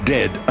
Dead